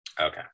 Okay